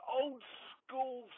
old-school